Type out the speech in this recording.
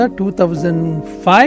2005